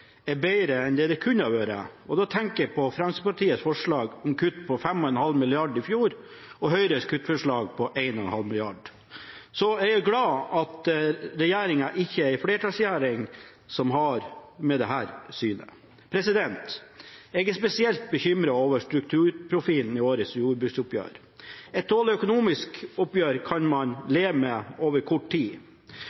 er bedre enn det kunne ha vært, og da tenker jeg på Fremskrittspartiets forslag om kutt på 5,5 mrd. kr i fjor, og Høyres kuttforslag på 1,5 mrd. kr. Så jeg er jo glad for at regjeringen ikke er en flertallsregjering med dette synet. Jeg er spesielt bekymret over strukturprofilen i årets jordbruksoppgjør. Et dårlig økonomisk oppgjør kan man